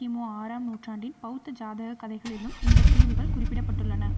கி மு ஆறாம் நூற்றாண்டின் பெளத்த ஜாதகக் கதைகளிலும் இந்தத் தீவுகள் குறிப்பிடப்பட்டுள்ளன